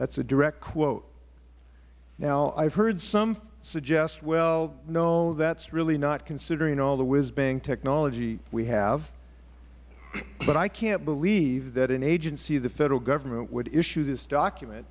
that is a direct quote now i have heard some suggest well no that is really not considering all the whiz bang technology we have but i can't believe that an agency of the federal government would issue this document